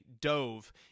dove